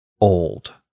old